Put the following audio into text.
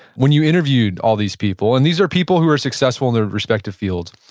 when you interviewed all these people, and these are people who are successful in their respective fields,